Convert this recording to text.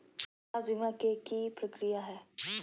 स्वास्थ बीमा के की प्रक्रिया है?